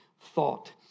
thought